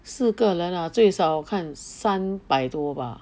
四个人了最少看三百多吧